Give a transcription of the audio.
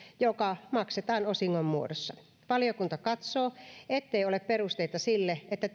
joka maksetaan osingon muodossa valiokunta katsoo ettei ole perusteita sille että